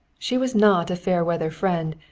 she was not a fair-weather friend,